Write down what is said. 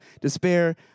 despair